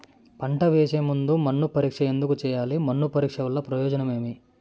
పంట వేసే ముందు మన్ను పరీక్ష ఎందుకు చేయాలి? మన్ను పరీక్ష వల్ల ప్రయోజనం ఏమి?